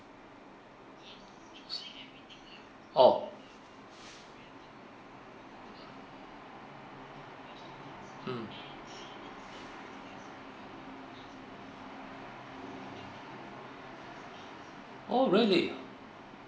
oh mm oh really